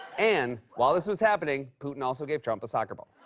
and, while this was happening, putin also gave trump a soccer ball.